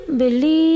believe